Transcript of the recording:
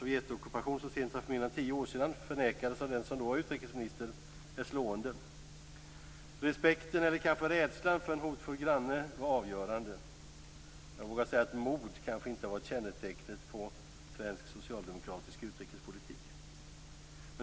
Sovjets ockupation av dessa länder förnekades så sent som för mindre än tio år sedan av den som då var utrikesminister. Respekten, eller kanske rädslan, för en hotfull granne var avgörande. Jag vågar säga att mod kanske inte har varit ett kännetecken på svensk socialdemokratisk utrikespolitik.